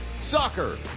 Soccer